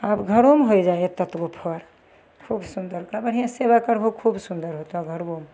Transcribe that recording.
आब घरोमे होइ जाइ हइ एत एतगो फड़ खूब सुन्दरका बढ़िआँसे सेवा करबहो खूब सुन्दर होतऽ घरबो